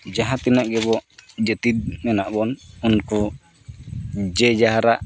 ᱡᱟᱦᱟᱸ ᱛᱤᱱᱟᱹᱜ ᱜᱮᱵᱚ ᱡᱟᱹᱛᱤ ᱢᱮᱱᱟᱜ ᱵᱚᱱ ᱩᱱᱠᱩ ᱡᱮ ᱡᱟᱦᱟᱨ ᱟᱜ